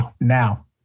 now